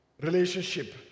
relationship